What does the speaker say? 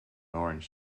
orange